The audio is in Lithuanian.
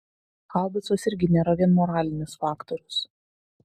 haubicos irgi nėra vien moralinis faktorius